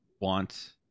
want